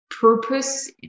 purpose